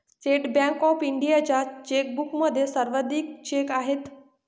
state bank of इंडियाच्या चेकबुकमध्ये सर्वाधिक चेक आहेत